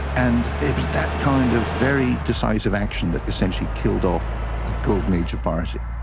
and it was that kind of very decisive action that essentially killed off the golden age of piracy.